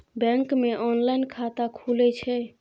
Bank मे online खाता खुले छै?